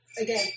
again